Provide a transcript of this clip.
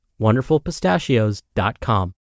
wonderfulpistachios.com